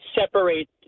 separate